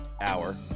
hour